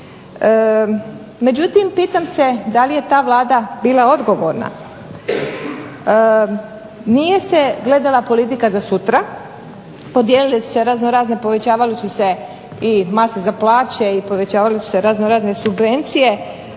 međutim pitam se da li je ta Vlada bila odgovorna? Nije se gledala politika za sutra, podijelila su se raznorazna, povećavale su se i mase za plaće i povećavale su se raznorazne subvencije.